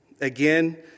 Again